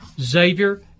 Xavier